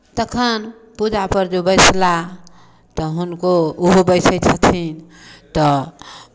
तखन पूजापर जे बैसला तऽ हुनको ओहो बैसैत छथिन तऽ